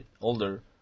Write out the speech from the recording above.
older